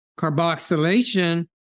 Carboxylation